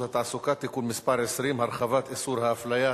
התעסוקה (תיקון מס' 20) (הרחבת איסור ההפליה),